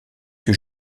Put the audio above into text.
que